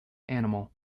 animal